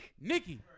Nikki